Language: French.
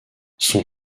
son